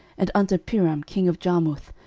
and unto piram king of jarmuth,